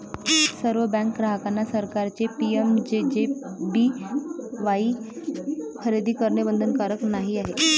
सर्व बँक ग्राहकांना सरकारचे पी.एम.जे.जे.बी.वाई खरेदी करणे बंधनकारक नाही आहे